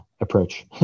approach